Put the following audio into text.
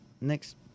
next